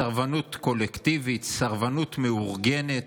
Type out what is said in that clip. סרבנות קולקטיבית, סרבנות מאורגנת,